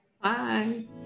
Bye